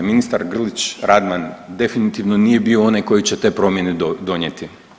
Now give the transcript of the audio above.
Ministar Grlić Radman definitivno nije bio onaj koji će te promjene donijeti.